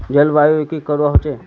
जलवायु की करवा होचे?